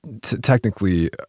technically